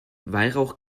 weihrauch